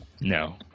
no